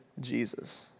Jesus